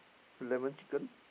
lemon chicken